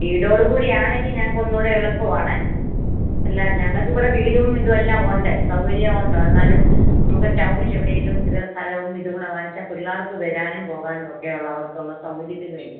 വീടോട് കൂടിയാണെങ്കിൽ ഞങ്ങൾക്ക് ഒന്നുംകൂടെ എളുപ്പമാണ് അല്ല ഞങ്ങൾക്ക് ഇവിടെ വീടും ഇതും എല്ലാം ഉണ്ട് സൗകര്യം ഉണ്ട് എന്നാലും നമുക്ക് ടൗണിൽ എവിടെയെങ്കിലും ഇച്ചിര സ്ഥലവും ഇത് കൂടെ വാങ്ങിച്ചാൽ പിള്ളേർക്ക് വരാനും പോകാനും ഒക്കെയുള്ള അവർക്കുള്ള സൗകര്യത്തിന് വേണ്ടിയാ